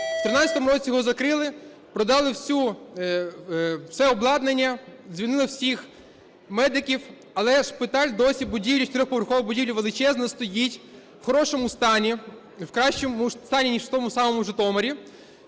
В 13-му році його закрили, продали все обладнання, звільнили всіх медиків, але шпиталь досі, будівля, чотириповерхова будівля, величезна стоїть в хорошому стані, в кращому стані ніж в тому самому Житомирі.